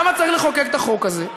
למה צריך לחוקק את החוק הזה?